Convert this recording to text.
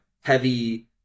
heavy